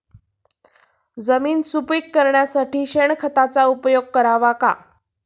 जमीन सुपीक करण्यासाठी शेणखताचा उपयोग करावा का?